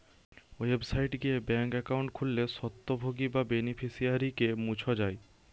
website গিয়ে bank account খুললে স্বত্বভোগী বা বেনিফিশিয়ারিকে মুছ যায়